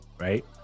right